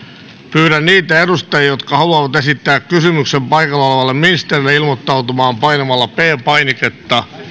pyydän niitä edustajia jotka haluavat esittää kysymyksen ministerille ilmoittautumaan painamalla p painiketta